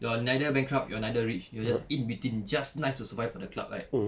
you're neither bankrupt you're neither rich you're just in between just nice to survive for the club right